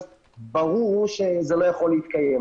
אז ברור שזה לא יכול להתקיים.